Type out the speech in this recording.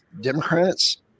Democrats